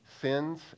sins